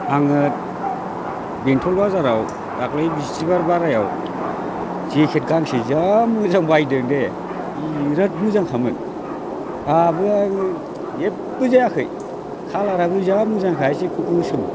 आङो बेंथल बाजाराव दाखालि बिस्तिबार बारआव जेकेट गांसे जा मोजां बायदों दै बिराद मोजांखामोन दाबो आरो जेबो जायाखै कालाराबो जा मोजांखा इसे गोसोम